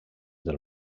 del